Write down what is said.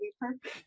perfect